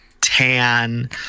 tan